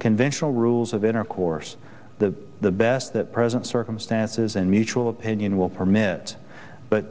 conventional rules of intercourse the the best that present circumstances and mutual opinion will permit but